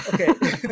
okay